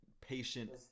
patient